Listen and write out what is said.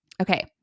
Okay